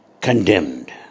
condemned